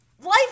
life